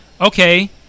okay